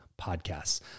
podcasts